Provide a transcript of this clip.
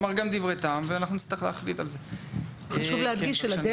אמר גם דברי טעם ואנחנו נצטרך להחליט על כך.